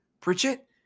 Pritchett